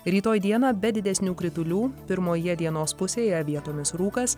rytoj dieną be didesnių kritulių pirmoje dienos pusėje vietomis rūkas